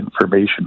information